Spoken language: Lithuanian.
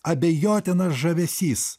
abejotinas žavesys